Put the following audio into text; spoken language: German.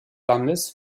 landes